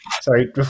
Sorry